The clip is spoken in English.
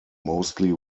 mostly